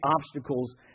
obstacles